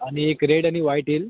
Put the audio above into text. आणि एक रेड आणि वाईट येईल